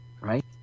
right